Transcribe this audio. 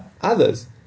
others